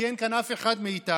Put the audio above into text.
כי אין כאן אף אחד מהם,